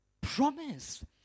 promise